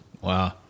wow